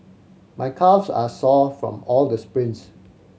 my calves are sore from all the sprints